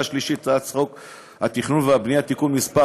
שלישית את הצעת חוק התכנון והבנייה (תיקון מס'